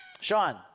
Sean